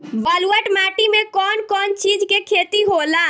ब्लुअट माटी में कौन कौनचीज के खेती होला?